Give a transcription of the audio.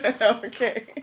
Okay